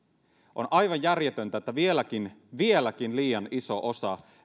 on aivan järjetöntä että vieläkin vieläkin liian iso osa